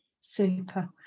super